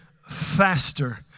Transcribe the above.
faster